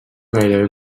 gairebé